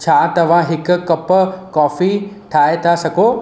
छा तव्हां हिकु कप कॉफी ठाहे था सघो